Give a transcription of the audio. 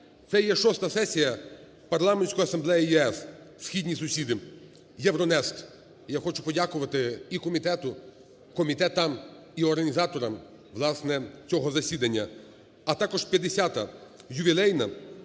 Це є шоста сесія Парламентської асамблеї ЄС - Східні сусіди, ЄВРОНЕСТ. Я хочу подякувати і комітету, комітетам і організаторам, власне, цього засідання, а також п'ятдесята ювілейна